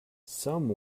some